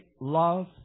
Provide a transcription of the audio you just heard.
Love